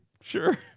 Sure